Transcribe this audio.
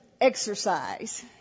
exercise